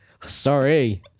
Sorry